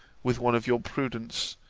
with one of your prudence,